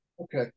Okay